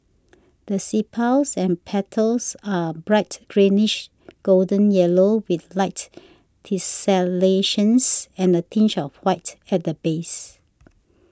the sepals and petals are bright greenish golden yellow with light tessellations and a tinge of white at the base